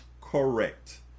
correct